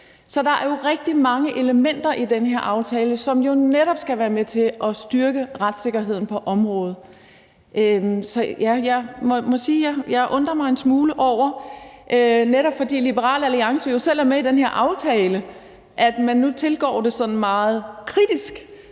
Så der er jo rigtig mange elementer i den her aftale, som netop skal være med til at styrke retssikkerheden på området. Så jeg må sige, at netop fordi Liberal Alliance jo selv er med i den her aftale, undrer jeg mig en smule over, at man nu tilgår det sådan meget kritisk.